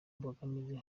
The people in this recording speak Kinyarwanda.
mbogamizi